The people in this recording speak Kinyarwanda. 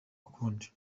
ukundi